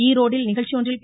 ஈரோட்டில் நிகழ்ச்சி ஒன்றில்